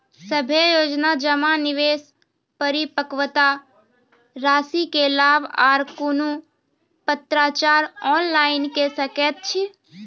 सभे योजना जमा, निवेश, परिपक्वता रासि के लाभ आर कुनू पत्राचार ऑनलाइन के सकैत छी?